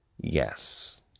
yes